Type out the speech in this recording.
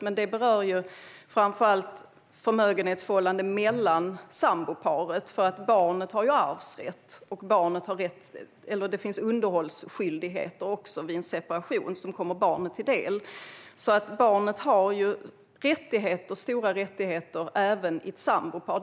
Men det berör framför allt förmögenhetsförhållanden mellan samboparet, för barnet har ju arvsrätt. Det finns också underhållskyldighet vid en separation som kommer barnet till del. Barnet har stora rättigheter även med ett sambopar.